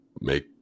make